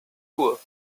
poor